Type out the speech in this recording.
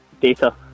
Data